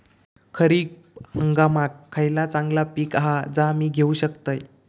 खरीप हंगामाक खयला चांगला पीक हा जा मी घेऊ शकतय?